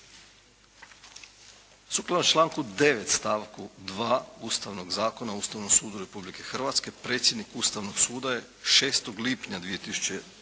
Sukladno članku 9. stavku 2. Ustavnog zakona o Ustavnom sudu Republike Hrvatske predsjednik Ustavnog suda je 6. lipnja 2007.